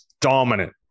dominant